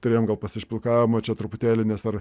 turėjom gal pasišpilkavimo čia truputėlį nes ar